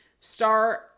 star